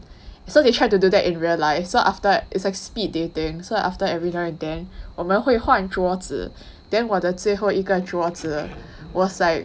so they tried to do that in real life so after it's like speed dating so after every now and then 我们会换桌子 then 我的最后一个桌子 was like